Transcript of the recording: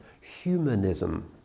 humanism